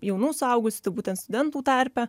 jaunų suaugusių tai būtent studentų tarpe